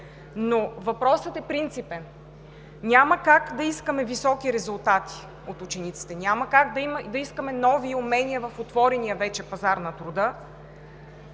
Въпросът е принципен. Няма как да искаме високи резултати от учениците, няма как да искаме нови умения в отворения вече пазар на труда